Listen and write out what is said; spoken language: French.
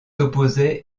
opposait